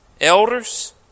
elders